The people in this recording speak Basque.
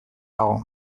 dago